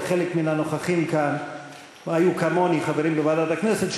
וחלק מן הנוכחים כאן היו כמוני חברים בוועדת הכנסת,